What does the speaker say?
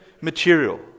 material